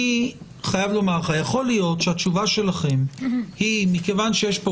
אני חייב לומר לך שיכול להיות שהתשובה שלכם היא מכיוון שיש כאן